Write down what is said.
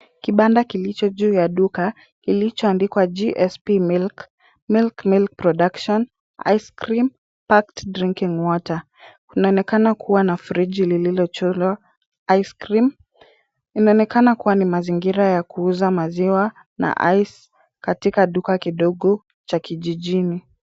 Kibanda kilicho juu ya duka, kilichoandikwa GSP Milk, Milk Milk Production, Ice Cream, Packed Drinking Water . Kunaonekana kuwa na friji lililochorwa Ice Cream , inaonekana kuwa ni mazingira ya kuuza maziwa na ice katika duka kidogo cha kijijini.